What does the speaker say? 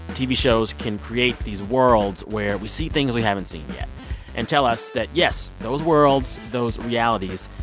tv shows can create these worlds where we see things we haven't seen yet and tell us that, yes, those worlds, those realities,